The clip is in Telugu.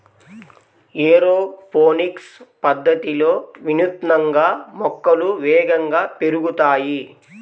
ఏరోపోనిక్స్ పద్ధతిలో వినూత్నంగా మొక్కలు వేగంగా పెరుగుతాయి